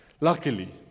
luckily